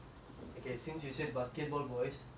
uh I got reminded